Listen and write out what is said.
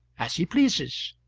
as he pleases.